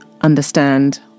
understand